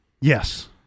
Yes